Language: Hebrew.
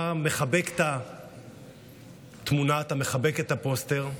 אתה מחבק את התמונה, אתה מחבק את הפוסטר,